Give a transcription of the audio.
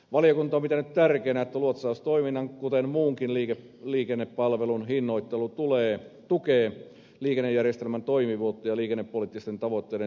valiokunta on pitänyt tärkeänä että luotsaustoiminnan kuten muunkin liikennepalvelun hinnoittelu tukee liikennejärjestelmän toimivuutta ja liikennepoliittisten tavoitteiden toteuttamista